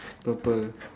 purple